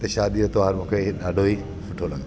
त शादीअ जो त्योहारु मूंखे इहो ॾाढो ई सुठो लॻंदो आहे